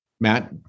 Matt